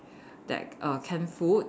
that err canned food